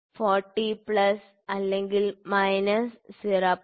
3 40 plus അല്ലെങ്കിൽ minus 0